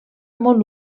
molt